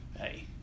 Hey